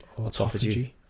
autophagy